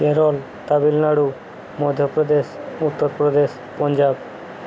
Kerala Tamil Nadu Madhya Pradesh Uttar Pradesh Punjab